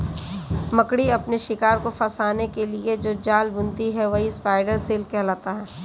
मकड़ी अपने शिकार को फंसाने के लिए जो जाल बुनती है वही स्पाइडर सिल्क कहलाता है